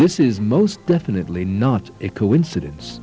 this is most definitely not a coincidence